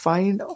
Find